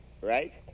right